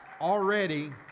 already